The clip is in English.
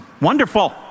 wonderful